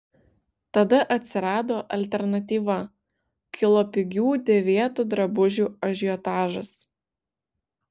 tada atsirado alternatyva kilo pigių dėvėtų drabužių ažiotažas